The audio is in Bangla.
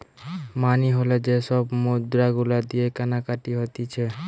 মানি হল যে সব মুদ্রা গুলা দিয়ে কেনাকাটি হতিছে